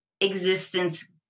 existence